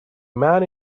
man